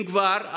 אם כבר,